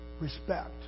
respect